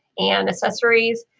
and accessories,